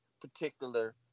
particular